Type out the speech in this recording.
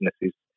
businesses